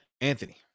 Anthony